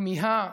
כמיהה,